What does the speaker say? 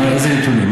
איזה נתונים?